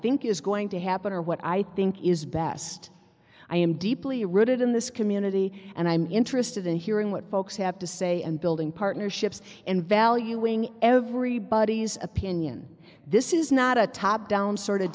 think is going to happen or what i think is best i am deeply rooted in this community and i'm interested in hearing what folks have to say and building partnerships and valuing everybody's opinion this is not a top down sort of